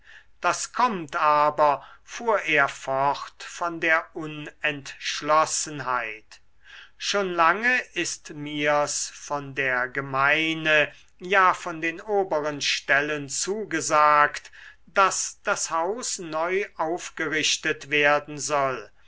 das kommt aber fuhr er fort von der unentschlossenheit schon lange ist mir's von der gemeine ja von den oberen stellen zugesagt daß das haus neu aufgerichtet werden soll